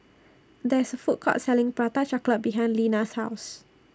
There IS A Food Court Selling Prata Chocolate behind Lina's House